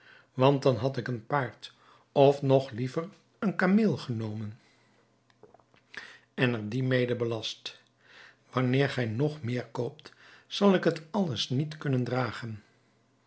want dan had ik een paard of nog liever een kameel genomen en er dien mede belast wanneer gij nog meer koopt zal ik het alles niet kunnen dragen